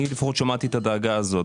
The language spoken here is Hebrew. אני לפחות שמעתי את הדאגה הזאת.